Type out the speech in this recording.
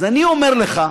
אז אני אומר לך,